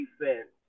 defense